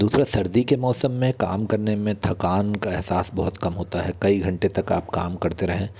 दूसरा सर्दी के मौसम में काम करने में थकान का एहसास बहुत कम होता है कई घंटे तक आप काम करते रहें